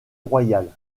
royale